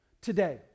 today